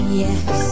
yes